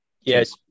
Yes